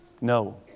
No